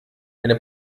eine